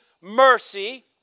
mercy